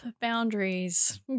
Boundaries